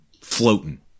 floating